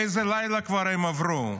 איזה לילה הם עברו.